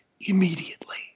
immediately